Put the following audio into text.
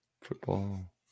football